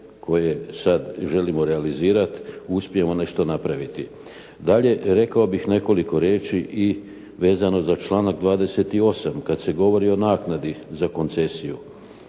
koje sad želimo realizirati uspijemo nešto napraviti. Dalje, rekao bih nekoliko riječi vezano i za članak 28. kad se govori o naknadi za koncesiju.